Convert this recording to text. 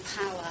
power